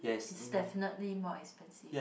is definitely more expensive